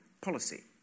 policy